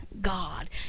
God